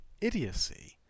idiocy